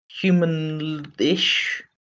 human-ish